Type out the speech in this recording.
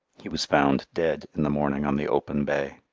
he was found dead in the morning on the open bay.